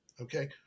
Okay